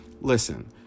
Listen